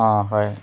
অঁ হয়